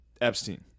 Epstein